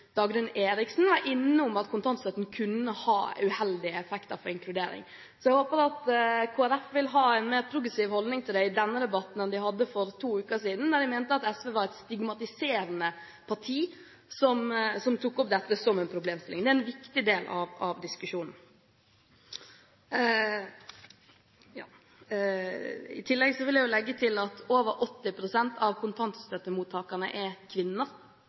Dagrun Eriksen var innom at kontantstøtten kunne ha uheldige effekter for inkludering. Så jeg håper at Kristelig Folkeparti vil ha en mer progressiv holdning til det i denne debatten enn de hadde for rundt to uker siden, da de mente at SV var et «stigmatiserende» parti som tok opp dette som en problemstilling. Det er en viktig del av diskusjonen. I tillegg vil jeg nevne at over 80 pst. av kontantstøttemottakerne er kvinner,